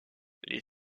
les